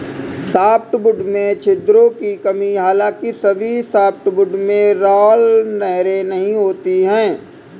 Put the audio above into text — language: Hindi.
सॉफ्टवुड में छिद्रों की कमी हालांकि सभी सॉफ्टवुड में राल नहरें नहीं होती है